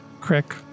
Crick